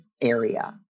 area